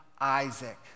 Isaac